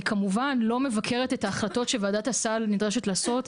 כמובן לא מבקרת את ההחלטות שוועדת הסל נדרשת לעשות,